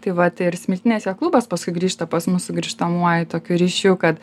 tai vat ir smiltynės jachtklubas paskui grįžta pas mus su grįžtamuoju tokiu ryšiu kad